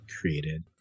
created